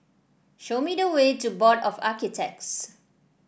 show me the way to Board of Architects